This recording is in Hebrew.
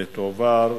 ותועבר,